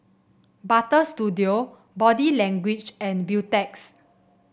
Butter Studio Body Language and Beautex